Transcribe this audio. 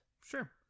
sure